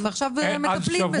הם עכשיו מטפלים בזה.